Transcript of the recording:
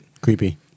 Creepy